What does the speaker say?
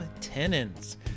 Tenants